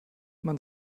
man